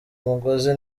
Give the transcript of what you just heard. umugozi